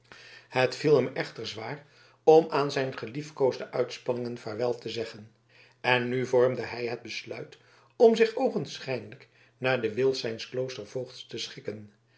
het viel hem echter zwaar om aan zijn geliefkoosde uitspanningen vaarwel te zeggen en nu vormde hij het besluit om zich oogenschijnlijk naar den wil zijns kloostervoogds te schikken